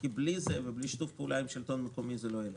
כי בלי זה ובלי שיתוף פעולה עם השלטון המקומי זה לא ילך.